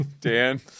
Dan